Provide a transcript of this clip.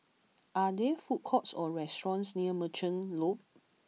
are there food courts or restaurants near Merchant Loop